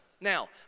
Now